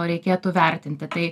reikėtų vertinti tai